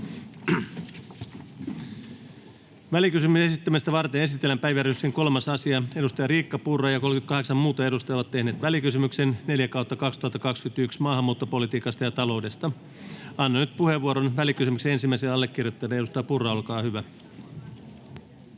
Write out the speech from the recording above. Välikysymyksen esittämistä varten esitellään päiväjärjestyksen 3. asia. Edustaja Riikka Purra ja 38 muuta edustajaa ovat tehneet välikysymyksen VK 4/2021 vp maahanmuuttopolitiikasta ja taloudesta. Annan nyt puheenvuoron välikysymyksen ensimmäiselle allekirjoittajalle. — Edustaja Purra, olkaa hyvä.